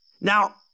Now